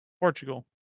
Portugal